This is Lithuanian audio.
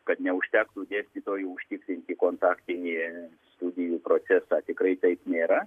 kad neužtektų dėstytojų užtikrinti kontaktinį studijų procesą tikrai taip nėra